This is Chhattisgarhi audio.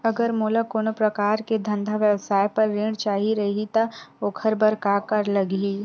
अगर मोला कोनो प्रकार के धंधा व्यवसाय पर ऋण चाही रहि त ओखर बर का का लगही?